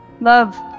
Love